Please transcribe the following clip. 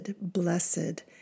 blessed